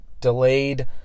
Delayed